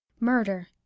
MURDER